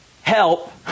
help